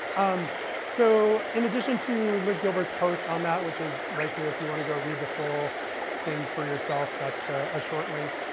um so in addition to liz gilbert's post on that which is right here, if you want to go read the full thing for yourself. that's a short link.